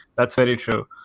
that's very true.